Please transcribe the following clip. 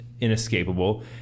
inescapable